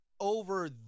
over